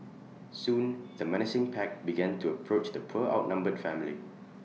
soon the menacing pack began to approach the poor outnumbered family